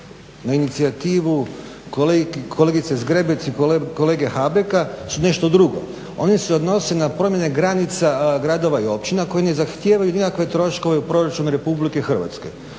na inicijativu kolegice Zgrebec i kolege Habeka su nešto drugo. Oni se odnose na promjene granica gradova i općina koji ne zahtijevaju nikakve troškove u proračunu Republike Hrvatske